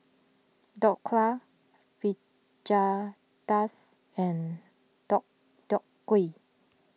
Dhokla Fajitas and Deodeok Gui